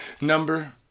Number